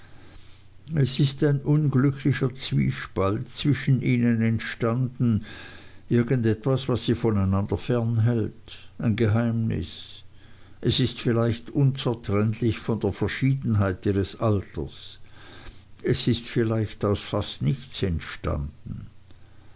es ist ein unglücklicher zwiespalt zwischen ihnen entstanden irgend etwas was sie voneinander fern hält ein geheimnis es ist vielleicht unzertrennlich von der verschiedenheit ihres alters es ist vielleicht aus fast nichts entstanden